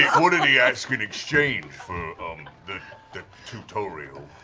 what did he ask in exchange for um the the tutorial?